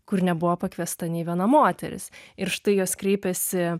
kur nebuvo pakviesta nė viena moteris ir štai jos kreipėsi